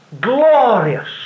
glorious